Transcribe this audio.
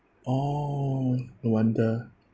oh no wonder